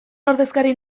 ordezkari